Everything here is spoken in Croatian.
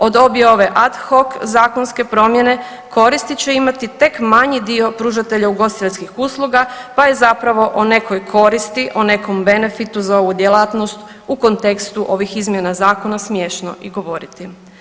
Od obje ad hoc zakonske promjene koristi će imati tek manji dio pružatelja ugostiteljskih usluga pa je zapravo o nekoj koristi, o nekom benefitu za ovu djelatnost u kontekstu ovih izmjena zakona smješno i govoriti.